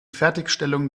fertigstellung